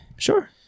Sure